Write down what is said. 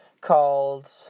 called